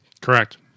Correct